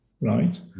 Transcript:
right